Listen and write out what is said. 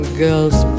girl's